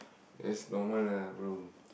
that's normal lah bro